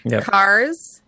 cars